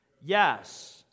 Yes